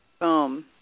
Boom